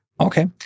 okay